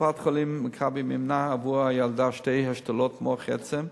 קופת-חולים "מכבי" מימנה עבור הילדה שתי השתלות מח עצם,